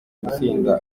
gusinda